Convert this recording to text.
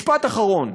משפט אחרון: